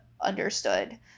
understood